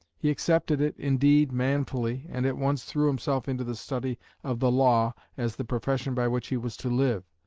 he accepted it, indeed, manfully, and at once threw himself into the study of the law as the profession by which he was to live.